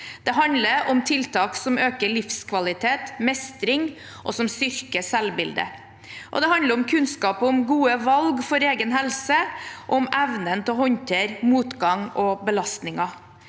Det handler om tiltak som øker livskvalitet og mestring, og som styrker selvbildet, og det handler om kunnskap om gode valg for egen helse, og om evnen til å håndtere motgang og belastninger.